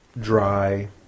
dry